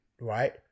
right